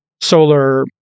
solar